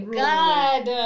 god